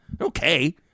Okay